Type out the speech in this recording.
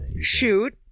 Shoot